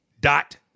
Dot